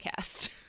podcast